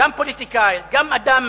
גם פוליטיקאי, גם אדם